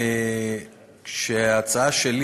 כשההצעה שלי,